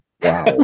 wow